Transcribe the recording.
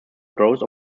growth